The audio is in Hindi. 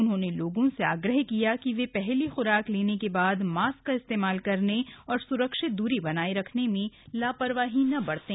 उन्होंने लोगों से आग्रह किया कि वे हली ख्राक लेने के बाद मास्क का इस्तेमाल करने और सुरक्षित दूरी बनाये रखने में ला रवाही न बरतें